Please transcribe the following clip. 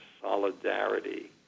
solidarity